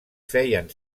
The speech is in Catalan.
feien